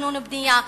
תכנון ובנייה.